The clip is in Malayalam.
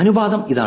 അനുപാതം ഇതാണ്